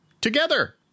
together